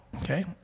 Okay